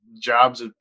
jobs